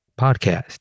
podcast